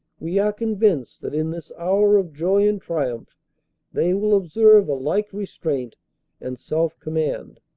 we are convinced that in this hour of joy and triumph they will observe a like restraint and self-command.